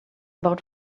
about